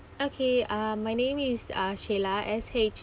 okay uh my name is uh shayla S H